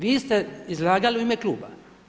Vi ste izlagali u ime Kluba.